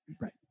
right